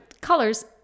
colors